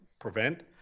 prevent